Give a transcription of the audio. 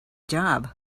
job